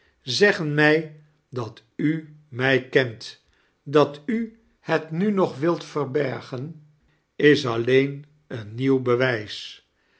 zeggen mij dat u mij kent dat u het nu nog wilt verbergen is alleen een nieuw bewijs